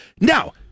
now